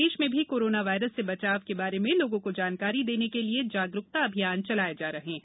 प्रदेश में भी corona virus से बचाव के बारे में लोगों को जानकारी देने के लिए जागरुकता अभियान चलाये जा रहे हैं